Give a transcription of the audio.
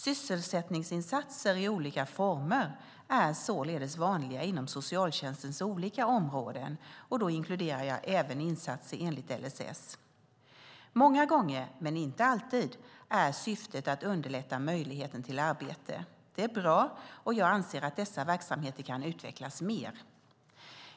Sysselsättningsinsatser i olika former är således vanliga inom socialtjänstens olika områden, och då inkluderar jag även insatser enligt LSS. Många gånger, men inte alltid, är syftet att underlätta möjligheten till arbete. Det är bra, och jag anser att dessa verksamheter kan utvecklas mer.